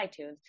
itunes